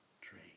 tree